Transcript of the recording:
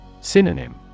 Synonym